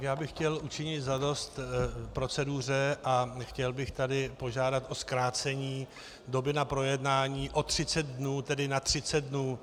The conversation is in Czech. Já bych chtěl učinit zadost proceduře a chtěl bych tady požádat o zkrácení doby na projednání o 30 dnů, tedy na 30 dnů.